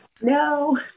no